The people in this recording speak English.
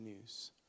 news